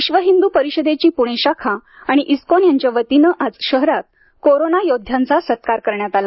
विश्व हिंदू परिषद पुणे शाखा आणि इस्कॉन यांच्या वतीने आज कोरोना योद्ध्यांचा सत्कार करण्यात आला